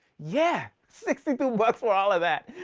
yeah! sixty two bucks for all of that.